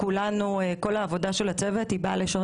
ובכלל, כשיושבת ועדה